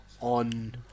on